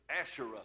Asherah